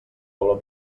valor